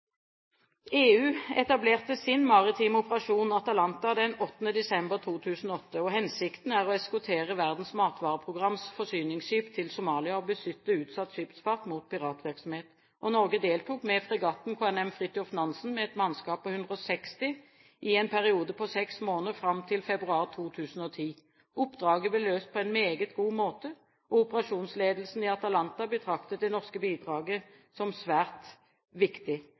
EU etablerte sin maritime operasjon, Atalanta, den 8. desember 2008. Hensikten er å eskortere Verdens matvareprograms forsyningsskip til Somalia og beskytte utsatt skipsfart mot piratvirksomhet. Norge deltok med fregatten KNM «Fridtjof Nansen» med et mannskap på 160 i en periode på seks måneder fram til februar 2010. Oppdraget ble løst på en meget god måte, og operasjonsledelsen i Atalanta betraktet det norske bidraget som svært viktig.